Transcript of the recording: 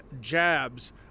jabs